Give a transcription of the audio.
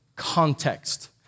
Context